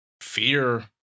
fear